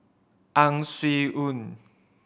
Ang Swee Aun